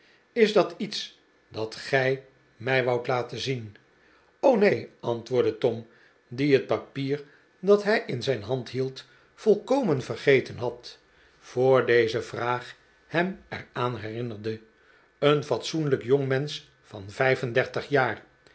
is dat iets dat gij mij woudt laten zien neen antwoordde tom die het papier dat hij in zijn hand hield volkomen vergeten had voor deze vraag hem er aan herinnerde een fatsoenlijk jongmensch van vijf en dertig jaar